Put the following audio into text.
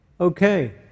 Okay